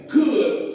good